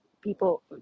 people